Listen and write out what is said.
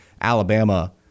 Alabama –